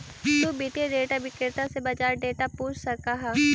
तु वित्तीय डेटा विक्रेता से बाजार डेटा पूछ सकऽ हऽ